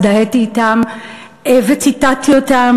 הזדהיתי אתם וציטטתי אותם,